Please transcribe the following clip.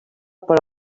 per